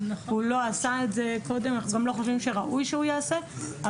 הוא לא עשה את זה ואנחנו גם לא חושבים שראוי שהוא יעשה אבל